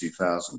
2000